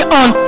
on